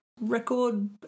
record